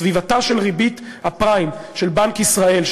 סביבתה של ריבית הפריים של בנק ישראל,